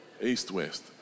East-west